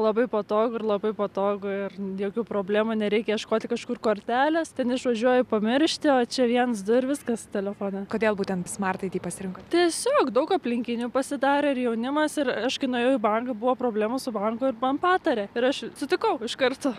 labai patogu ir labai patogu ir jokių problemų nereikia ieškoti kažkur kortelės ten išvažiuoji pamiršti o čia viens du viskas telefone kodėl būtent smart id pasirinkot tiesiog daug aplinkinių pasidarė ir jaunimas ir aškai nuėjau į banką buvo problemų su banku ir man patarė ir aš sutikau iš karto